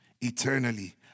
eternally